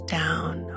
down